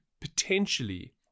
potentially